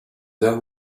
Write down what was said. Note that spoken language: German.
sehr